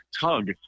tug